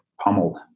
pummeled